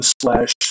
slash